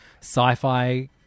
sci-fi